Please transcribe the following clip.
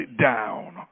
down